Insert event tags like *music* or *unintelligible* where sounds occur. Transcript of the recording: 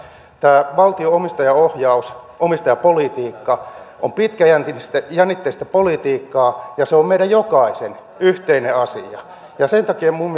tämä valtion omistajaohjaus omistajapolitiikka on pitkäjännitteistä politiikkaa ja se on meidän jokaisen yhteinen asia sen takia minun *unintelligible*